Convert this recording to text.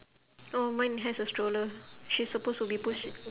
oh mine has a stroller she's supposed to be pushi~